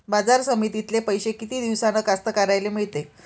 बाजार समितीतले पैशे किती दिवसानं कास्तकाराइले मिळते?